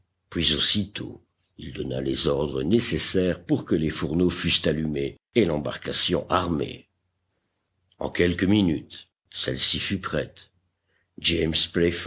puis aussitôt il donna les ordres nécessaires pour que les fourneaux fussent allumés et l'embarcation armée en quelques minutes celle-ci fut prête james